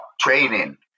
training